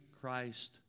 Christ